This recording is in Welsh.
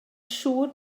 siŵr